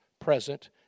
present